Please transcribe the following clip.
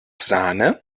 sahne